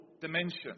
dimension